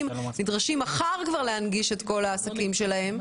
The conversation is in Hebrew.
נדרשים להנגיש כבר מחר את כל העסקים שלהם,